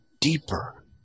deeper